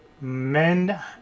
Men